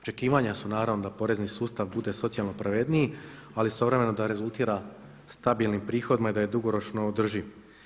Očekivanja su naravno da porezni sustav bude socijalno pravedniji ali istovremeno da rezultira stabilnim prihodima i da je dugoročno održiv.